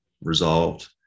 resolved